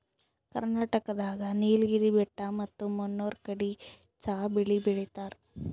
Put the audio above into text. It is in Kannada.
ಕರ್ನಾಟಕ್ ದಾಗ್ ನೀಲ್ಗಿರಿ ಬೆಟ್ಟ ಮತ್ತ್ ಮುನ್ನೂರ್ ಕಡಿ ಚಾ ಭಾಳ್ ಬೆಳಿತಾರ್